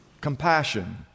compassion